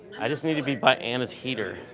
i just need to be by anna's heater.